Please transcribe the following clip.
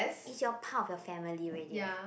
is your part of your family already eh